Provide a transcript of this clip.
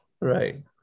right